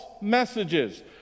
messages